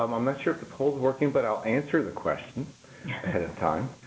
um i'm not sure if the poll is working, but i'll answer the question, ahead of time.